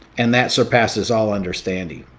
and that surpasses all understanding.